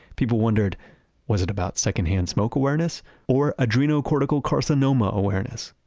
people wondered was it about second-hand smoke awareness or adrenocortical carcinoma awareness.